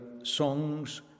Songs